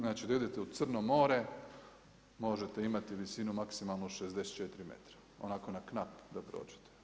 Znači da idete u Crno more, možete imati visinu maksimalno 64 metra, onako na knap da prođete.